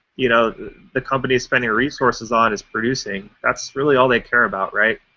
you know the company is spending resources on is producing. that's really all they care about, right,